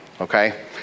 okay